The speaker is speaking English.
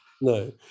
No